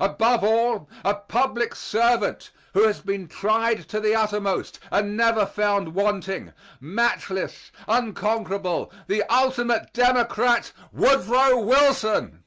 above all a public servant who has been tried to the uttermost and never found wanting matchless, unconquerable, the ultimate democrat, woodrow wilson.